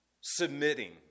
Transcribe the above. Submitting